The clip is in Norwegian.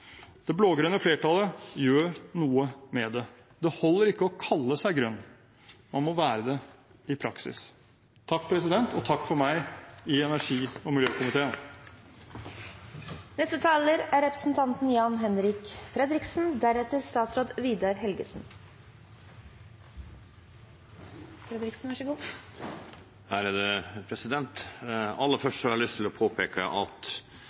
det blå-grønne flertallet gjør noe med det. Det holder ikke å kalle seg grønn – man må være det i praksis. Takk, president, og takk for meg i energi- og miljøkomiteen.